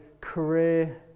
career